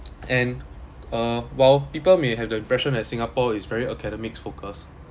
and uh while people may have the impression that singapore is very academics focus